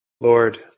Lord